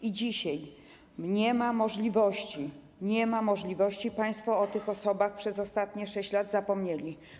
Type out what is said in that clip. I dzisiaj nie ma możliwości - nie ma możliwości - państwo o tych osobach przez ostatnie 6 lat zapomnieli.